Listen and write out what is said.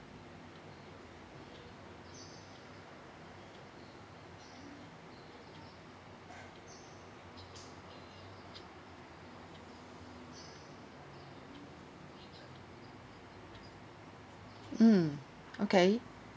mm okay